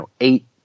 eight